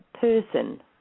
person